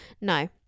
No